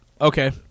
Okay